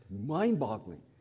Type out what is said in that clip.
mind-boggling